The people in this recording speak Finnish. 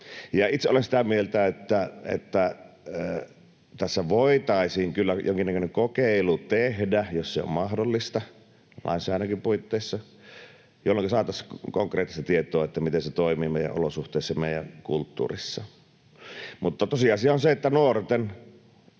Itse olen sitä mieltä, että tässä voitaisiin kyllä jonkinnäköinen kokeilu tehdä, jos se on mahdollista lainsäädännönkin puitteissa, jolloinka saataisiin konkreettista tietoa, miten se toimii meidän olosuhteissa ja meidän kulttuurissa. Tosiasia on, että nuorten